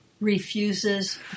refuses